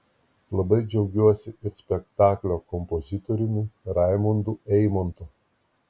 labai džiaugiuosi ir spektaklio kompozitoriumi raimundu eimontu